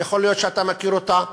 יכול להיות שאתה מכיר אותה,